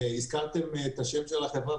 הזכרתם את השם של החברה,